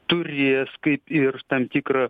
turės kaip ir tam tikrą